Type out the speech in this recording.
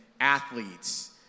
athletes